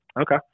Okay